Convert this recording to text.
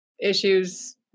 issues